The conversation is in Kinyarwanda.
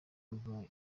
kuva